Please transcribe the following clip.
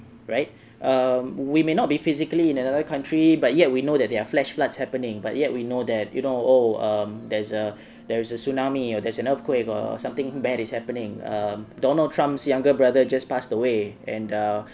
right um we may not be physically in another country but yet we know that there are flash floods happening but yet we know that you know oh um there's a there is a tsunami or there's an earthquake or something bad is happening um donald trump's younger brother just passed away and uh